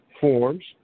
forms